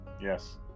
Yes